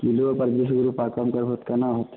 kilo पर बीस गो रूपा कम करबहो तऽ केना होयतै